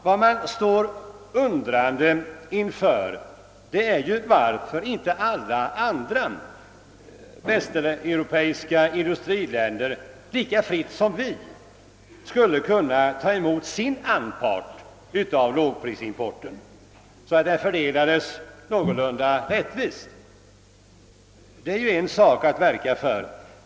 Vad man står undrande inför är varför inte alla andra västeuropeiska länder lika fritt som vi skulle kunna ta emot sin anpart av lågprisimporten, så att denna fördelades någorlunda rättvist. Det är ju en sak att verka för.